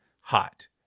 hot